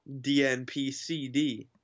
DNPCD